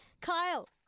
Kyle